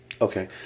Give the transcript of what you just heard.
okay